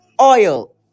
oil